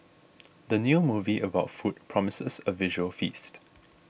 the new movie about food promises a visual feast